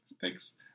thanks